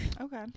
okay